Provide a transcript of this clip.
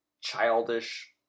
childish